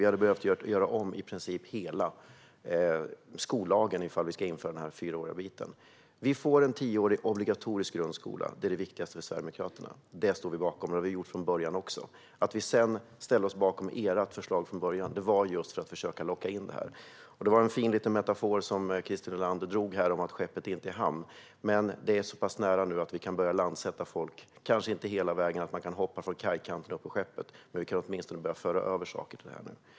Vi behöver göra om i princip hela skollagen om vi ska införa ett fyraårigt lågstadium. Nu får vi en tioårig obligatorisk skola. Det är det viktigaste för Sverigedemokraterna. Det står vi bakom, och det har vi gjort från början. Att vi ställde oss bakom ert förslag från början var för att försöka locka in detta. Christer Nylanders metafor med skeppet som inte är i hamn var fin, men det är så pass nära nu att vi kan börja landsätta folk. Kanske kan vi inte hoppa från kajkanten upp på skeppet, men vi kan åtminstone börja föra över saker.